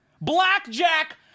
Blackjack